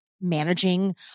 managing